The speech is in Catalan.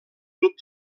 grup